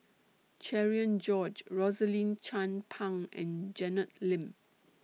Cherian George Rosaline Chan Pang and Janet Lim